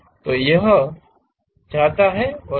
तो यह जाता है और यह